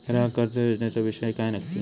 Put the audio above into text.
ग्राहक कर्ज योजनेचो विषय काय नक्की?